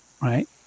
right